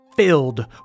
Filled